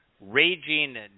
raging